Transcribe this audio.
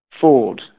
Ford